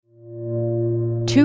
Two